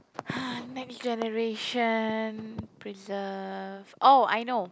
next generation preserve oh I know